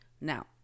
Now